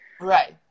Right